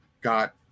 got